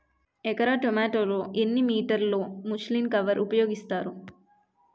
ఎకర టొమాటో లో ఎన్ని మీటర్ లో ముచ్లిన్ కవర్ ఉపయోగిస్తారు?